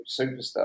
superstar